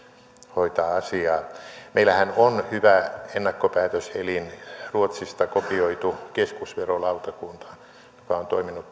hoitaa asiaa meillähän on hyvä ennakkopäätöselin ruotsista kopioitu keskusverolautakunta joka on toiminut